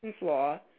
law